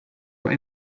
were